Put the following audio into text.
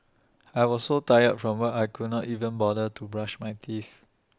I was so tired from work I could not even bother to brush my teeth